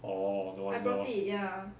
orh no wonder lor